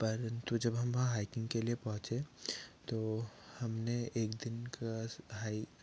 परंतु जब हम वहाँ हाइकिंग के लिए पहुँचे तो हमने एक दिन कास हाई